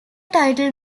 title